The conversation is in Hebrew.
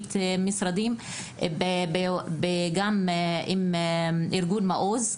האזרחית וגם עם ארגון "מעוז".